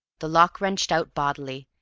the lock wrenched out bodily,